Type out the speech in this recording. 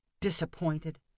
disappointed